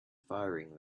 firing